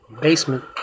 basement